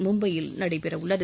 மும்பையில் நடைபெறவுள்ளது